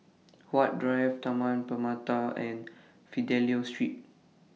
Huat Drive Taman Permata and Fidelio Street